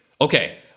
okay